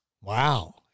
Wow